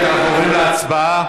אנחנו עוברים להצבעה.